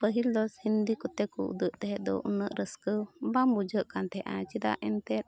ᱯᱟᱹᱦᱤᱞ ᱫᱚ ᱦᱤᱱᱫᱤ ᱠᱚᱛᱮ ᱠᱚ ᱩᱫᱩᱜᱼᱮᱫ ᱛᱟᱦᱮᱸᱜ ᱫᱚ ᱩᱱᱟᱹᱜ ᱨᱟᱹᱥᱠᱟᱹ ᱵᱟᱝ ᱵᱩᱡᱷᱟᱹᱜ ᱠᱟᱱ ᱛᱟᱦᱮᱸ ᱟ ᱪᱮᱫᱟᱜ ᱮᱱᱛᱮᱫ